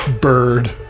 bird